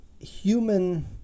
human